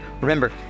Remember